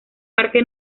parque